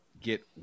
get